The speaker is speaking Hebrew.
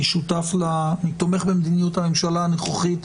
ואני תומך במדיניות הממשלה הנוכחית,